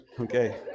Okay